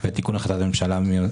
יש למשל נוהל